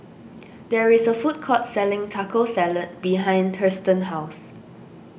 there is a food court selling Taco Salad behind Thurston's house